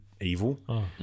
evil